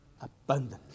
abundantly